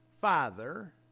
father